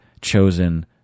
chosen